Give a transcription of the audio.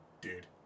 dude